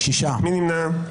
מי נמנע?